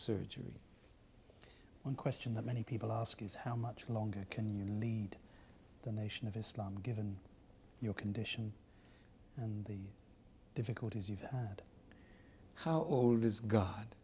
surgery one question that many people ask is how much longer can you lead the nation of islam given your condition and the difficulties you've had how old is god